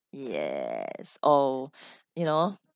yes oh you know